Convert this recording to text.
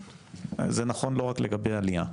זה נכון לא רק לגבי עלייה,